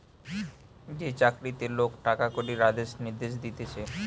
যে চাকরিতে লোক টাকা কড়ির আদেশ নির্দেশ দিতেছে